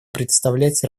представлять